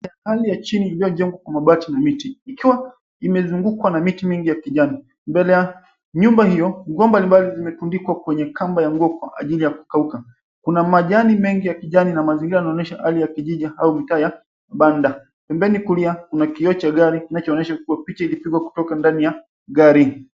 Hali ya chini iliyojengwa kwa mabati na miti ikiwa imezungukwa na miti mingi ya kijani, mbele ya nyumba hio nguo mbalimbali zimetundikwa kwenye kamba ya nguo kwa ajili ya kukauka. Kuna majani mengi ya kijani na mazingira yanaonyesha hali ya kijiji au mitaa ya banda. Pembeni kulia kuna kioo cha gari kinachoonyesha kua picha ilipigwa kutoka ndani ya gari.